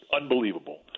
unbelievable